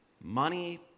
money